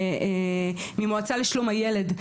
ממועצה לשלום הילד,